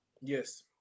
Yes